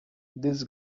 this